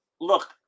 Look